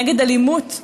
נגד אלימות,